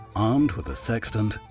armed with a sextant,